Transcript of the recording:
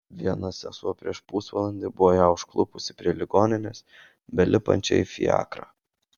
viena sesuo prieš pusvalandį buvo ją užklupusi prie ligoninės belipančią į fiakrą